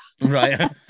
right